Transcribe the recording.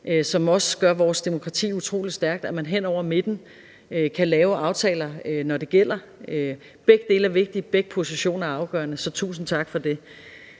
som også gør vores demokrati utrolig stærkt, nemlig at man hen over midten kan lave aftaler, når det gælder – begge dele er vigtige, begge positioner er afgørende – så tusind tak for det.